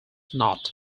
knot